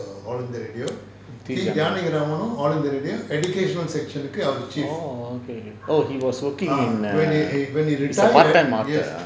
orh okay orh he was working in err he is a part time author